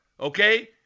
Okay